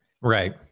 Right